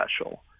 special